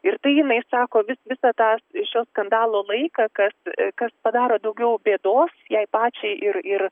ir tai jinai sako vis visą tą šio skandalo laiką kas kas padaro daugiau bėdos jai pačiai ir ir